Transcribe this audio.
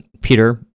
Peter